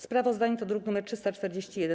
Sprawozdanie to druk nr 341.